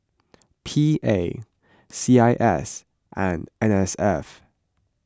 P A C I S and N S F